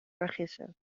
vergissen